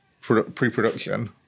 pre-production